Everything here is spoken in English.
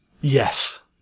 Yes